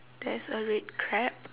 there's a red crab